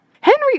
Henry